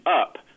up